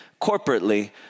corporately